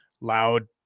loud